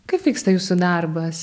kaip vyksta jūsų darbas